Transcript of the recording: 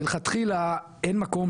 מלכתחילה אין מקום